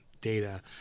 data